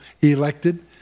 elected